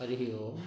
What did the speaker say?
हरिः ओम्